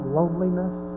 loneliness